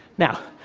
now,